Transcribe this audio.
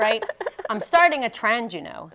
right i'm starting a trend you know